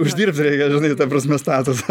uždirbt reikia žinai ta prasme statusą